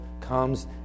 comes